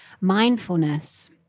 mindfulness